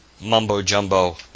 mumbo-jumbo